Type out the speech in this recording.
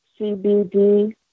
CBD